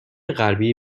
غربی